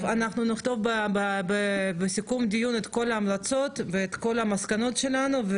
אנחנו נכתוב בסיכום הדיון את כל ההמלצות ואת כל המסקנות שלנו.